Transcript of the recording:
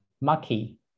mucky